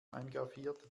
eingraviert